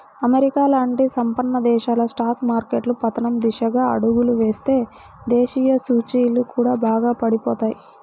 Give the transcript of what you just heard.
America లాంటి సంపన్న దేశాల స్టాక్ మార్కెట్లు పతనం దిశగా అడుగులు వేస్తే దేశీయ సూచీలు కూడా బాగా పడిపోతాయి